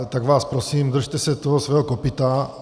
Tak vás prosím, držte se toho svého kopyta.